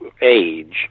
age